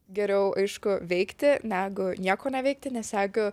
geriau aišku veikti negu nieko neveikti nes jeigu